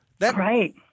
Right